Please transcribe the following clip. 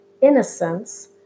innocence